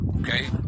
okay